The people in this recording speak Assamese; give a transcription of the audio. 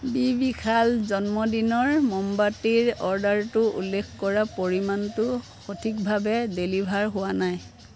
বি বিশাল জন্মদিনৰ মমবাতিৰ অৰ্ডাৰটো উল্লেখ কৰা পৰিমাণটো সঠিকভাৱে ডেলিভাৰ হোৱা নাই